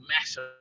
massive